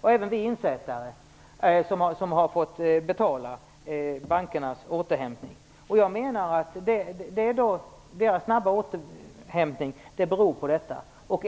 och även vi insättare som har fått betala bankernas återhämtning. Jag menar att den snabba återhämtningen beror på det här.